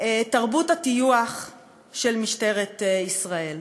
תרבות הטיוח של משטרת ישראל.